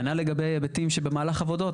כנ"ל לגבי היבטים שבמהלך עבודות.